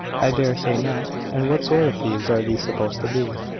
i dare say not. and what sort of thieves are these supposed to be?